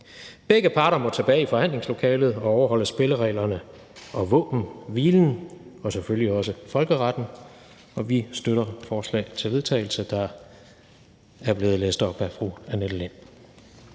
Begge parter må tilbage i forhandlingslokalet og overholde spillereglerne og våbenhvilen og selvfølgelig også folkeretten, og vi støtter det forslag til vedtagelse, der er blevet læst op af fru Annette Lind.